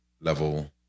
level